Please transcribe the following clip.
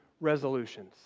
resolutions